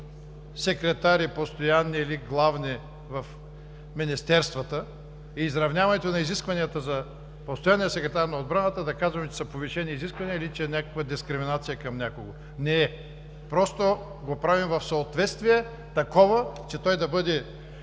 секретари – постоянни или главни, в министерствата, и изравняването на изискванията за постоянния секретар на отбраната да казваме, че са повишени изисквания или че е някаква дискриминация към някого. Не е! Правим го в съответствие такова, че той да бъде